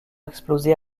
explosé